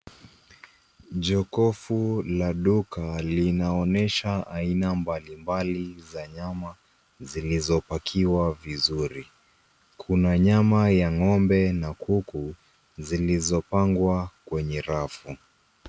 Jokofu la duka linaonyesha aina mbalimbali za nyama zilizopakizwa vizuri. Kuna nyama ya ng'ombe na kuku zilizopangwa kwenye rafu.